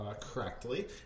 correctly